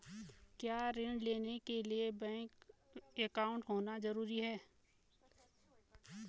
क्या ऋण लेने के लिए बैंक अकाउंट होना ज़रूरी है?